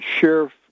Sheriff